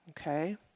okay